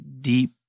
deep